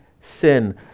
sin